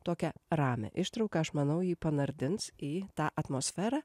tokią ramią ištrauką aš manau ji panardins į tą atmosferą